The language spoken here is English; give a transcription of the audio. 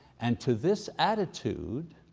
and to this attitude